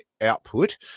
output